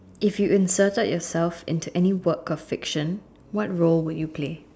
if you inserted yourself into any what work of fiction what role would you play